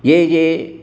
ये ये